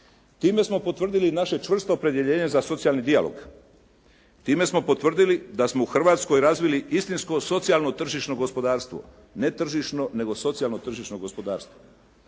Time smo potvrdili naše čvrsto opredjeljenje za socijalni dijalog. Time smo potvrdili da smo u Hrvatskoj razvili istinsko socijalno tržišno gospodarstvo. Ne tržišno nego socijalno tržišno gospodarstvo